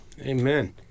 Amen